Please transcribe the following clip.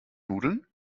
nudeln